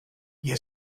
ihr